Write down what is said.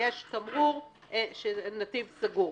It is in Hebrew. שיש תמרור, נתיב סגור.